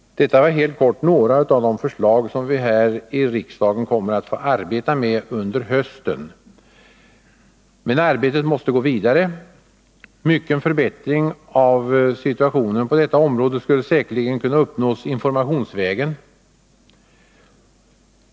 Detta var helt kort några av de förslag som vi här i riksdagen kommer att få arbeta med under hösten. Men arbetet måste gå vidare. Mycken förbättring av situationen på detta område skulle säkerligen kunna uppnås informationsvägen.